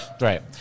right